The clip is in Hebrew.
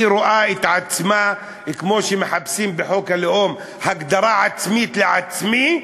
היא רואה את עצמה כמו שמחפשים בחוק הלאום הגדרה עצמית לעצמי.